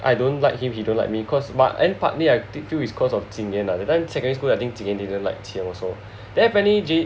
I don't like him he don't like me cause but then partly I think is cause of Ching Yen that time secondary school I think Ching Yen didn't like Qi Yen also